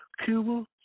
Cuba